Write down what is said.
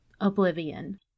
oblivion